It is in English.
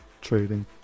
trading